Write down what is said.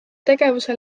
tegevuse